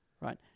right